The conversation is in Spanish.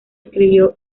escribió